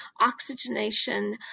oxygenation